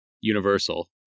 Universal